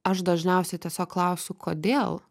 aš dažniausiai tiesiog klausiu kodėl